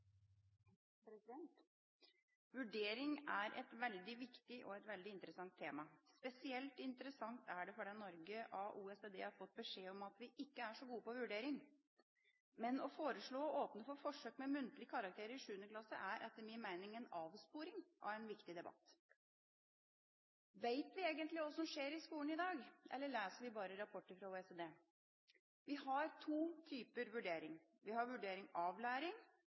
skoletrinnet. Vurdering er et veldig viktig og interessant tema. Spesielt interessant er det fordi Norge av OECD har fått beskjed om at vi ikke er så gode på vurdering. Men å foreslå å åpne for forsøk med muntlige karakterer i 7. klasse er etter min mening en avsporing av en viktig debatt. Vet vi egentlig hva som skjer i skolen i dag, eller leser vi bare rapporter fra OECD? Vi har to typer vurdering: Vi har vurdering